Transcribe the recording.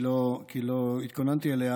כי לא התכוננתי אליה,